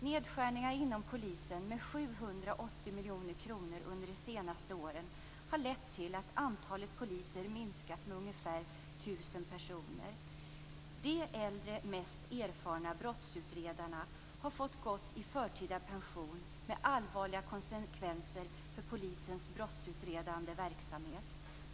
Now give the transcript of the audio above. Nedskärningar inom polisen med 780 miljoner kronor under de senaste åren har lett till att antalet poliser har minskat med ungefär tusen personer. De äldre, mest erfarna brottsutredarna har fått gå i förtida pension, med allvarliga konsekvenser för polisens brottsutredande verksamhet.